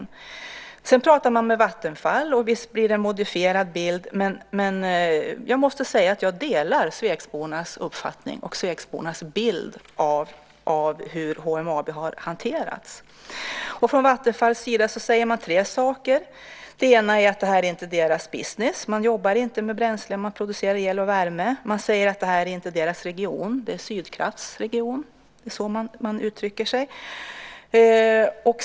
När man sedan pratar med Vattenfall så visst blir det en modifierad bild, men jag måste säga att jag delar svegbornas uppfattning om och bild av hur HMAB har hanterats. Från Vattenfalls sida säger man tre saker. Det ena är att det här inte är deras business. Man jobbar inte med bränsle. Man producerar el och värme. Man säger att det här inte är deras region, att det är Sydkrafts region. Det är så man uttrycker sig.